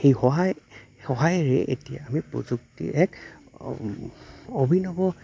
সেই সহায় সহায়েৰে এতিয়া আমি প্ৰযুক্তিৰ এক অভিনৱ